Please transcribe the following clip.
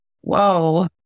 whoa